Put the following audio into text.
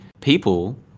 people